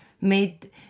made